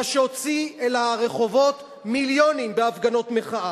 מה שהוציא אל הרחובות מיליונים בהפגנות מחאה.